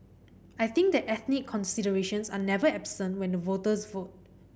I think that ethnic considerations are never absent when the voters vote